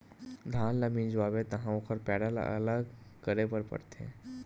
धान ल मिंजवाबे तहाँ ओखर पैरा ल अलग करे बर परथे